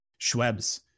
Schwebs